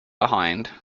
behind